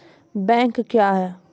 Bank क्या हैं?